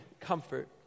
comfort